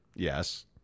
Yes